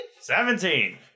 Seventeen